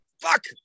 fuck